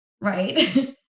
right